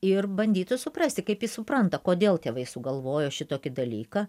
ir bandyti suprasti kaip jis supranta kodėl tėvai sugalvojo šitokį dalyką